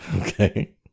Okay